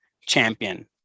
champion